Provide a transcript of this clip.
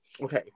Okay